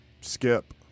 skip